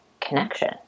connection